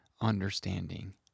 understanding